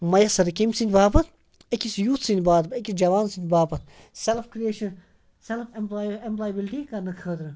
میسر کیٚمۍ سٕنٛدۍ باپَتھ أکِس یوٗتھ سٕنٛدۍ باپَتھ أکِس جَوان سٕنٛدۍ باپَتھ self creation self employ employability کَرنہٕ خٲطرٕ